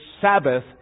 Sabbath